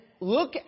look